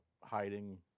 hiding